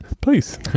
please